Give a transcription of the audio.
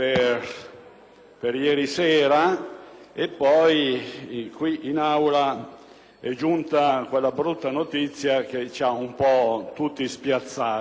Grazie,